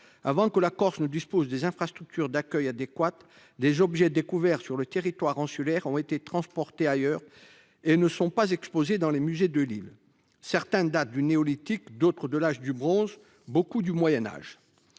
Avant qu'elle ne dispose des infrastructures d'accueil adéquates, des objets découverts sur le territoire insulaire ont été transportés ailleurs et ne sont pas exposés dans les musées de l'île. Certains datent du néolithique, d'autres de l'âge du bronze, beaucoup du Moyen Âge.